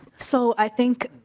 so i think